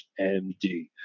MD